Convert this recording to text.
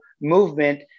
movement